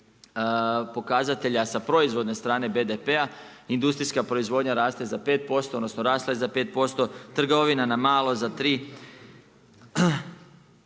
pokazatelja sa proizvodne strane BDP-a, industrijska proizvodnja raste za 5%, odnosno, rasla je za 5%. Trgovina na malo za 4%,